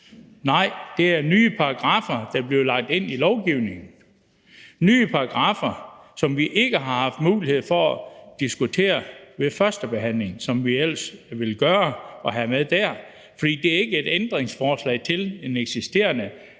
nej, det er nye paragraffer, der bliver lagt ind i lovforslaget – nye paragraffer, som vi ikke har haft mulighed for at diskutere ved førstebehandlingen, som vi ellers ville gøre, hvis de var med der. For det er ikke ændringsforslag til lovgivning